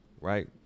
right